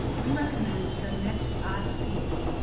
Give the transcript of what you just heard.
we recommend the next odd page.